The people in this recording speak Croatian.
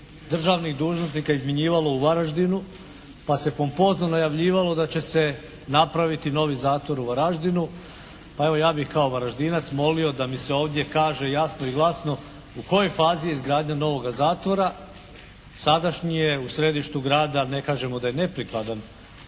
državnih dužnosnika izmjenjivalo u Varaždinu pa se pompozno najavljivalo da će napraviti novi zatvor u Varaždinu, pa evo ja bih kao Varaždinac molio da mi se ovdje kaže jasno i glasno u kojoj fazi je izgradnja novoga zatvora. Sadašnji je u središtu grada, ne kažemo da je neprikladan.